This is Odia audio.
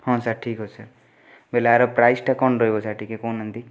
ହଁ ସାର୍ ଠିକ୍ ଅଛି ସାର୍ ବୋଇଲେ ଆର ପ୍ରାଇସ୍ଟା କ'ଣ ରହିବ ସାର୍ ଟିକିଏ କହୁନାହାନ୍ତି